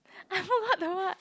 I forgot the word